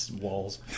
walls